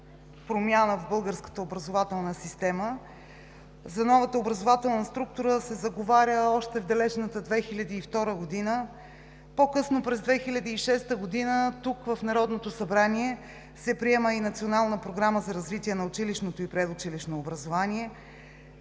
„Промяна в българската образователна система“. За новата образователна структура се заговаря още в далечната 2002 г. По-късно през 2006 г. тук, в Народното събрание, се приема и Национална програма за развитие на училищното и предучилищното образование.